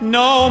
no